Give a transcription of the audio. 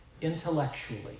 Intellectually